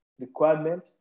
requirement